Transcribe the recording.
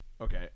Okay